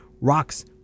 rocks